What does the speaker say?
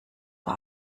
war